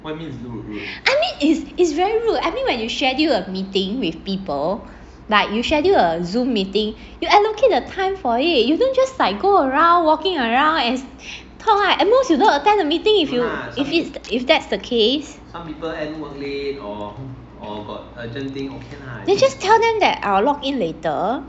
I mean is is very rude I mean when you schedule a meeting with people like you schedule a zoom meeting you allocate the time for it you don't just like go around walking around as talk ah at most you don't attend the meeting if you if it's that's the case then just tell them that I'll login later